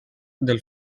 del